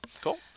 Cool